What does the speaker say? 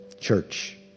church